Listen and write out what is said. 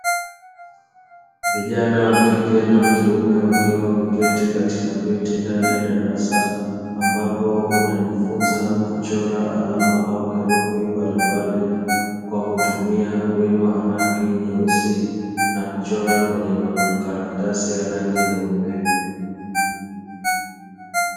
Vijana wa kike na wa kiume wakiwa wameketi katika viti ndani ya darasa, ambapo wanajifunza kuchora alama au herufi mbalimbali kwa kutumia wino wa rangi nyeusi na kuchora kwenye makaratasi ya rangi nyeupe.